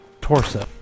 torso